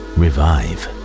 revive